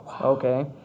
okay